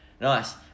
Nice